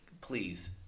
please